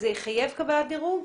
זה יחייב קבלת דירוג